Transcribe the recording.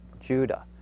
Judah